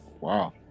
wow